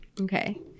Okay